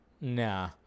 nah